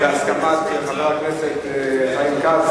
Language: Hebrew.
בהסכמת חבר הכנסת חיים כץ,